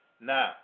now